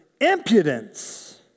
impudence